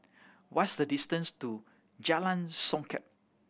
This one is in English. what's the distance to Jalan Songket